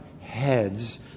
heads